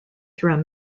through